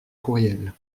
courriel